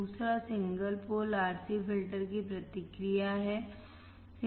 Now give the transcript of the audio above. दूसरा single pole RC filter की प्रतिक्रिया है